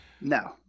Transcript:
No